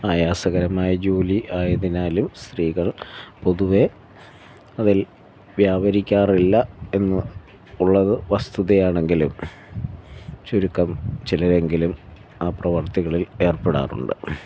ആയാസകരമായ ജോലി ആയതിനാലും സ്ത്രീകൾ പൊതുവെ അതിൽ വ്യാപരിക്കാറില്ല എന്ന് ഉള്ളത് വസ്തുതയാണെങ്കിലും ചുരുക്കം ചിലരെങ്കിലും ആ പ്രവർത്തികളിൽ ഏർപ്പെടാറുണ്ട്